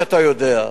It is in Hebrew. שאתה יודע.